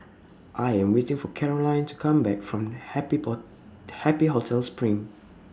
I Am waiting For Caroline to Come Back from Happy Happy Hotel SPRING